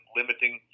limiting